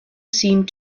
seemed